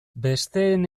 besteen